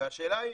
והשאלה היא